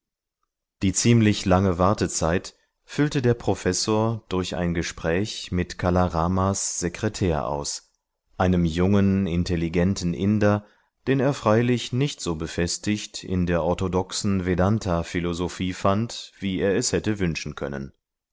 die ziemlich lange wartezeit füllte der professor durch ein gespräch mit kala ramas sekretär aus einem jungen intelligenten inder den er freilich nicht so befestigt in der orthodoxen vedanta philosophie fand wie er es hätte wünschen können